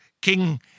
King